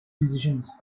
decisions